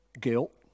guilt